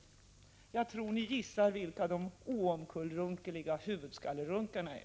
Jag tror ni gissar vilka de oomkullrunkeliga huvudskallerunkarna är!